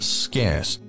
scarce